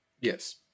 Yes